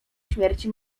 śmierci